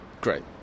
Great